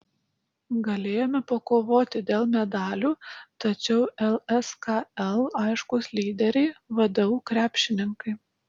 galėjome pakovoti dėl medalių tačiau lskl aiškūs lyderiai vdu krepšininkai